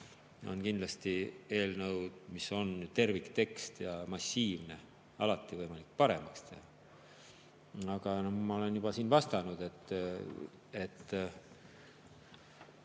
on eelnõu, mis on terviktekst ja massiivne, alati võimalik paremaks teha. Aga ma olen juba siin öelnud, et ma